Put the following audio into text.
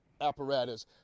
apparatus